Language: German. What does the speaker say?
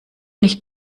nicht